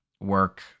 work